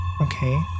Okay